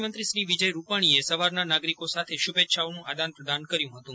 મુખ્યમંત્રી વિજય રૂપાજ્ઞીએ સવારના નાગરિકો સાથે શુભેચ્છાઓનું આદાનપ્રદાન કર્યું હતું